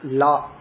law